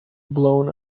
blown